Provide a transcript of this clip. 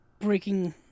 breaking